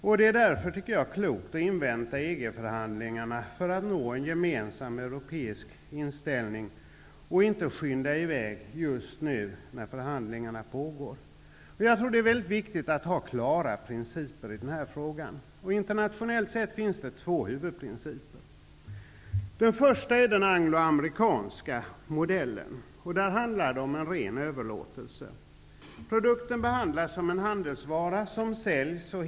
Jag tycker därför att det är klokt att invänta EG-förhandlingarna för att nå en gemensam europeisk inställning och inte skynda i väg just nu när förhandlingarna pågår. Det är viktigt att ha klara principer i denna fråga. Internationellt sett finns det två huvudprinciper. Vi har för det första den angloamerikanska modellen, där det handlar om en ren överlåtelse. Produkten behandlas som en handelsvara som säljs.